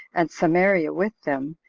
and samaria with them,